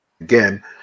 again